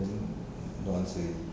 then no answer already